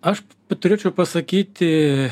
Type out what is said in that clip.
aš turėčiau pasakyti